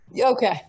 Okay